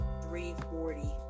340